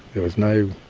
there was no